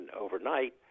overnight